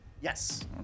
Yes